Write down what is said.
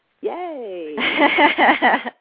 Yay